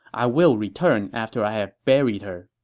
i will return after i have buried her.